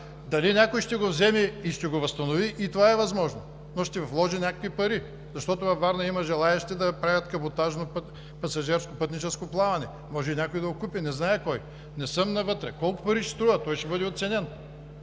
дали някой ще го вземе и възстанови, и това е възможно, но ще вложи някакви пари. Защото във Варна има желаещи да правят каботажно пасажерско-пътническо плаване. Може и някой да го купи, не зная кой, не съм навътре! Колко пари ще струва? Той ще бъде оценен.